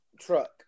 truck